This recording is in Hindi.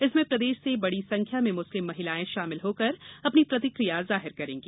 इसमें प्रदेश से बड़ी संख्या में मुस्लिम महिलायें शामिल होकर अपनी प्रतिकिया जाहिर करेंगी